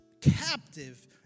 captive